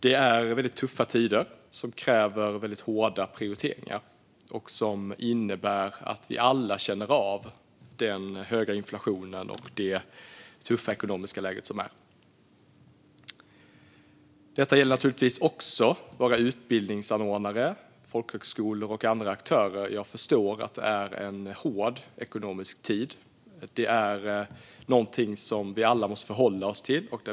Det är väldigt tuffa tider som kräver väldigt hårda prioriteringar och som innebär att vi alla känner av den höga inflationen och det tuffa ekonomiska läge som är. Detta gäller naturligtvis också våra utbildningsanordnare - folkhögskolor och andra aktörer. Jag förstår att det är en hård ekonomisk tid. Det är någonting som vi alla måste förhålla oss till.